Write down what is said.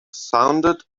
sounded